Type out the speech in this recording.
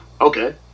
okay